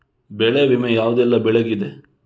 ಬೆಳೆ ವಿಮೆ ಯಾವುದೆಲ್ಲ ಬೆಳೆಗಿದೆ?